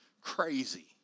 crazy